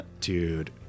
dude